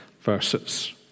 verses